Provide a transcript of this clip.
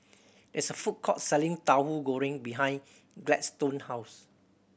it's a food court selling Tahu Goreng behind Gladstone house